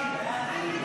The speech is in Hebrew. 08,